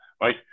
right